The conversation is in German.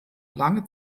lange